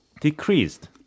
decreased